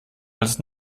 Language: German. als